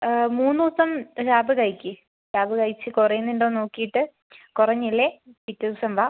മൂന്ന് ദിവസം ടാബ് കഴിക്ക് ടാബ് കഴിച്ച് കുറയുന്നുണ്ടോ നോക്കിയിട്ട് കുറഞ്ഞില്ലെ പിറ്റേ ദിവസം വാ